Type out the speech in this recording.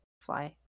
Fly